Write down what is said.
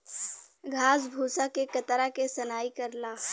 घास भूसा के कतरा के सनाई करला